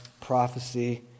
prophecy